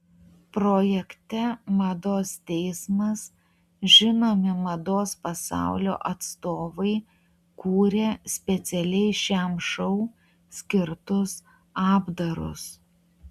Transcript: projekte mados teismas žinomi mados pasaulio atstovai kūrė specialiai šiam šou skirtus apdarus